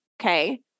Okay